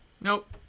Nope